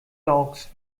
saugst